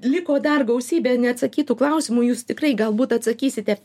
liko dar gausybė neatsakytų klausimų jūs tikrai galbūt atsakysite